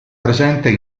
presente